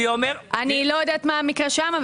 אני לא יודעת מה המקרה שם,